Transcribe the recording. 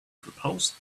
proposed